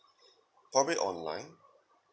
probably online